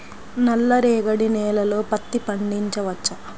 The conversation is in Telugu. నల్ల రేగడి నేలలో పత్తి పండించవచ్చా?